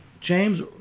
James